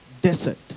desert